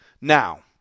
Now